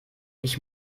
ich